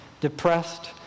depressed